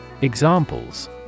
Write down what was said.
Examples